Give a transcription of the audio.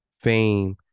fame